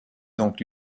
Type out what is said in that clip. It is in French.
donc